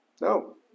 No